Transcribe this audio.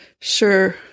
sure